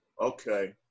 Okay